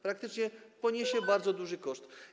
Praktycznie poniesie bardzo duży koszt.